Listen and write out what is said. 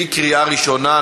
בקריאה ראשונה.